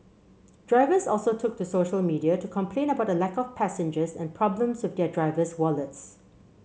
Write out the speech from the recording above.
drivers also took to social media to complain about a lack of passengers and problems with their driver's wallets